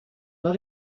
not